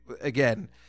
again